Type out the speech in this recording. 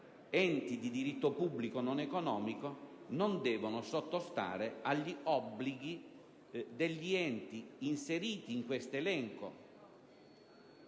enti di diritto pubblico non economico, non devono sottostare agli obblighi previsti per gli enti inseriti in questo elenco